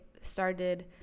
started